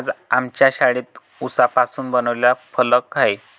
आज आमच्या शाळेत उसापासून बनवलेला फलक आहे